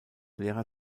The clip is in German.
lehrer